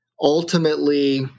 ultimately